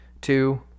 two